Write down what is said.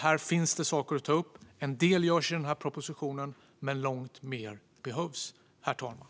Här finns det saker att ta upp. En del görs i den här propositionen, men långt mer behövs, herr talman.